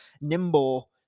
nimble